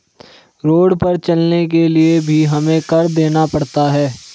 road पर चलने के लिए भी हमें कर देना पड़ता है